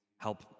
Help